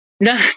No